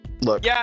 Look